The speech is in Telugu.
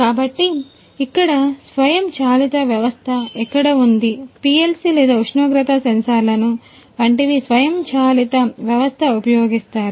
కాబట్టి ఇక్కడ స్వయంచాలిత వ్యవస్థ ఉపయోగిస్తారు